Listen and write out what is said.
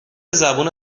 زبون